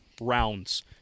rounds